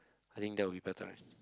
I think that will be better right